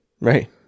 Right